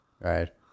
Right